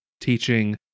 teaching